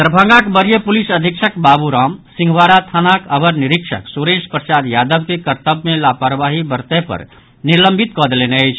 दरभंगाक वरीय पुलिस अधीक्षक बाबू राम सिंहवाड़ा थानाक अवर निरीक्षक सुरेश प्रसाद यादव के कर्तव्य मे लापरवाही बरतय पर निलंबित कऽ देलनि अछि